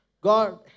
God